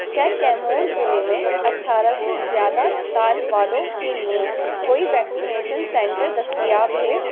کیا کیمور ضلع میں اٹھارہ سے زیادہ سال والوں کے لیے کوئی ویکسینیشن سنٹر دستیاب ہے